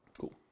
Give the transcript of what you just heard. Cool